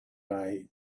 i—i